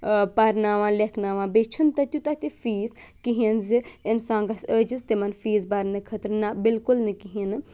پَرناوان لٮ۪کھناوان بیٚیہِ چھِنہٕ تَتہِ تیوٗتاہ تہِ فیٖس کِہینۍ زِ اِنسان گژھِ عٲجِز تِمَن فیٖس بَرنہٕ خٲطرٕ نہ بالکل نہٕ کِہینۍ نہٕ